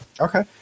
Okay